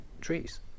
trees